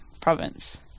province